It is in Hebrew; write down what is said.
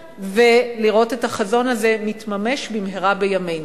ולראות את החזון הזה מתממש במהרה בימינו.